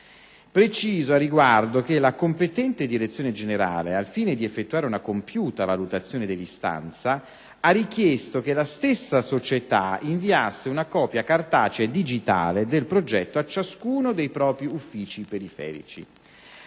Preciso, al riguardo, che la competente direzione generale, al fine di effettuare una compiuta valutazione dell'istanza, ha richiesto che la stessa società inviasse una copia cartacea e digitale del progetto a ciascuno dei propri uffici periferici.